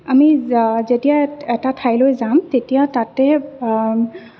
আমি যেতিয়া এটা ঠাইলৈ যাম তেতিয়াই তাতে